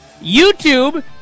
YouTube